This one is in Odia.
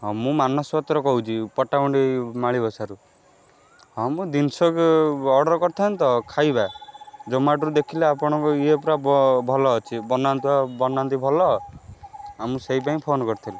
ହଁ ମୁଁ ମାନସ ପାତ୍ର କହୁଛି ପଟ୍ଟାମୁଣ୍ଡେଇ ମାଳିବସାରୁ ହଁ ମୁଁ ଜିନିଷ ଅର୍ଡ଼ର୍ କରିଥାନ୍ତି ତ' ଖାଇବା ଜମାଟୋରୁ ଦେଖିଲି ଆପଣଙ୍କ ଇଏ ପୁରା ଭଲ ଅଛି ବନାନ୍ତୁ ଆଉ ବନାନ୍ତି ଭଲ ଆଉ ମୁଁ ସେଇଥିପାଇଁ ଫୋନ୍ କରିଥିଲି